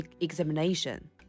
examination